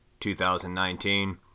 2019